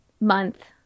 month